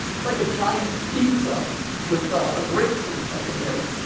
it's like a giant pizza with ah a grapefruit at the middle.